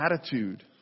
attitude